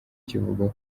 kivuga